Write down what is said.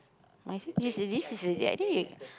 my s~ this is this is a I think it